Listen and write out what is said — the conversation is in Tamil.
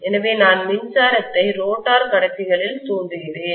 எனவே நான் மின்சாரத்தை ரோட்டார் கடத்திகளில் தூண்டுகிறேன்